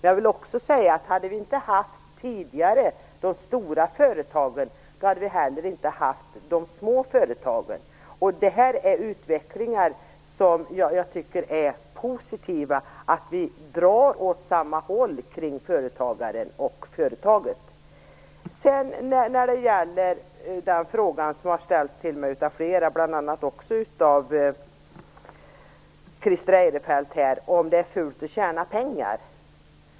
Hade vi tidigare inte haft de stora företagen hade vi heller inte haft de små företagen. Det är en utveckling som jag tycker är positiv. Vi drar åt samma håll när det gäller företagarna och företaget. Flera, bl.a. Christer Eirefelt, har ställt mig frågan om det är fult att tjäna pengar.